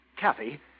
Kathy